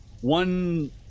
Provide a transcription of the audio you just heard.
one